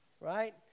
Right